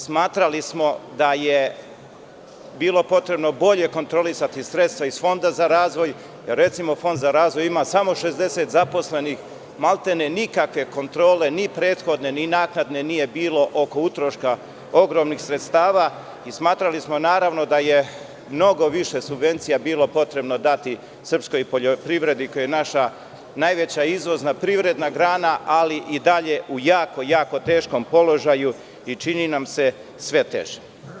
Smatrali smo da je bilo potrebno bolje kontrolisati sredstva iz Fonda za razvoj, recimo Fond za razvoj ima samo 60 zaposlenih, maltene nikakve kontrole ni prethodne, ni naknade nije bilo oko utroška ogromnih sredstava, i smatrali smo naravno, da je mnogo više subvencija bilo potrebno dati srpskoj poljoprivredi, koja je naša najveća izvozna privredna grana, ali i dalje u jako, jako teškom položaju i čini nam se sve teže.